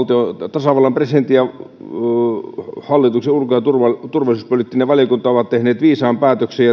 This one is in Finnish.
tasavallan presidentti ja hallituksen ulko ja turvallisuuspoliittinen valiokunta ovat tehneet viisaan päätöksen